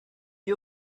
you